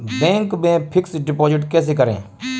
Bank में fix deposit कैसे करें?